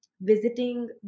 visiting